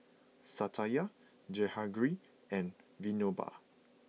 Satya Jehangirr and Vinoba